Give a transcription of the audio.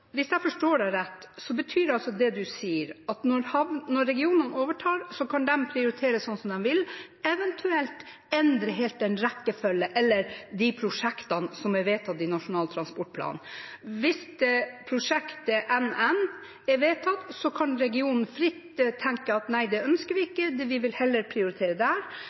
sier, at når regionene overtar, kan de prioritere som de vil, eventuelt endre helt rekkefølgen eller prosjektene som er vedtatt i Nasjonal transportplan. Hvis prosjektet NN er vedtatt, kan regionen fritt tenke at nei, det ønsker vi ikke, vi vil heller prioritere der.